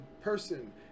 person